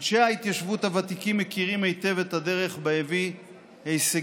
אנשי ההתיישבות הוותיקים מכירים היטב את הדרך שבה הביא הישגים: